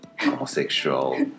homosexual